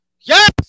Yes